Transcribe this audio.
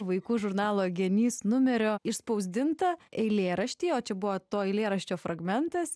vaikų žurnalo genys numerio išspausdintą eilėraštį o čia buvo to eilėraščio fragmentas